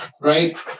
right